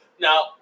Now